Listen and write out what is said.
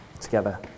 together